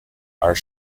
are